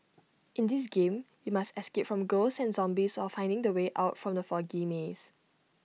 in this game you must escape from ghosts and zombies while finding the way out from the foggy maze